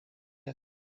yet